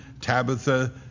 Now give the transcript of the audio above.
Tabitha